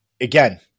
again